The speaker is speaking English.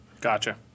Gotcha